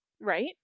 right